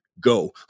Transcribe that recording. go